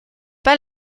pas